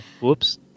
whoops